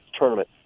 tournament